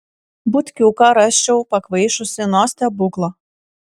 butkiuką rasčiau pakvaišusį nuo stebuklo